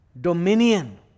dominion